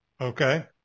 Okay